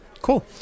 cool